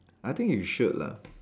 I think you should lah